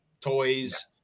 toys